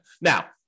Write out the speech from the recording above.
Now